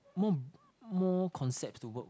more more concepts to work